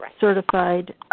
certified